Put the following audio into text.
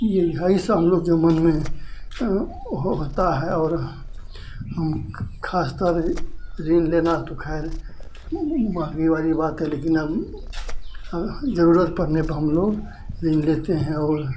यह यही से हमलोग जो मन में हो होता है और हम खासतर ऋण लेना तो ख़ैर वाली बात है लेकिन अब अब ज़रूरत पड़ने पर हमलोग ऋण लेते हैं और